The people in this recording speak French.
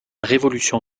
révolution